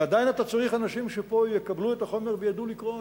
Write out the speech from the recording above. ועדיין אתה צריך אנשים שפה יקבלו את החומר וידעו לקרוא אותו,